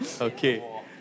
Okay